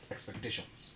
Expectations